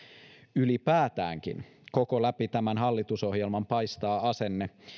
ylipäätäänkin läpi koko tämän hallitusohjelman paistaa asenne